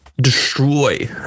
destroy